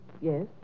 Yes